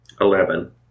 Eleven